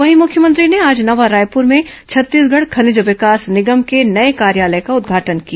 वहीं मुख्यमंत्री ने आज नवा रायपुर में छत्तीसगढ़ खनिज विकास निगम के नए कार्यालय का उद्घाटन किया